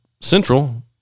central